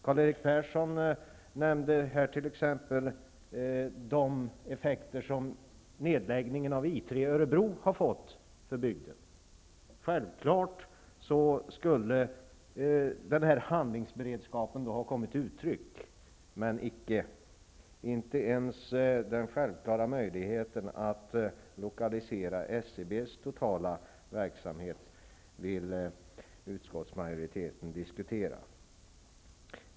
Karl-Erik Persson nämnde t.ex. de effekter som nedläggningen av I 3 i Örebro har fått för bygden. Självfallet skulle den här handlingsberedskapen då ha kommit till uttryck, men icke -- inte ens den självklara möjligheten att lokalisera SCB:s totala verksamhet vill utskottsmajoriteten diskutera.